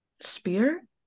spear